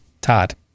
Todd